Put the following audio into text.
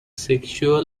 sexual